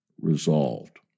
resolved